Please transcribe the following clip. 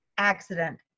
accident